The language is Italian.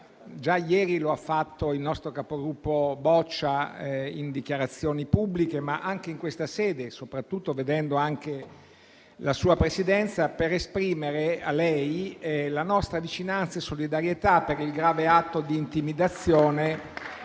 già ieri lo ha fatto il nostro capogruppo Boccia, in dichiarazioni pubbliche. Ma anche in questa sede, soprattutto vedendo la sua Presidenza, vorrei intervenire per esprimere a lei la nostra vicinanza e la nostra solidarietà per il grave atto di intimidazione